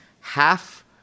half